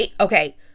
okay